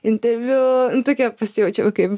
interviu tokia pasijaučiau kaip